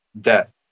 death